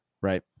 Right